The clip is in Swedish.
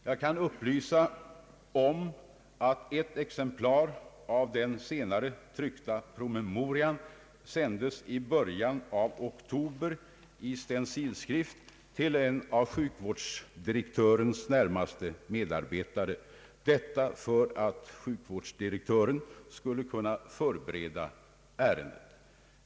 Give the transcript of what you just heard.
Jag kan upplysa om att ett exemplar av den senare tryckta promemorian sändes i början av oktober i stencilskrift till en av sjukvårdsdirektörens närmaste medarbetare, detta för att sjukvårdsdirektören skulle kunna förbereda ären det.